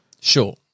Sure